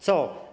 Co?